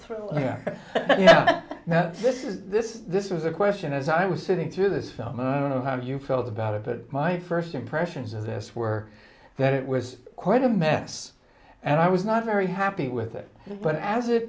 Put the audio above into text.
is this this was a question as i was sitting through this film i don't know how you felt about it but my first impressions of this were that it was quite a mess and i was not very happy with it but as it